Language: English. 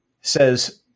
says